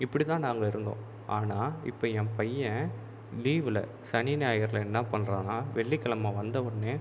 இப்படி தான் நாங்கள் இருந்தோம் ஆனால் இப்போ என் பையன் லீவில் சனி ஞாயறில என்ன பண்ணுறான்னா வெள்ளிக்கெழமை வந்த உடனே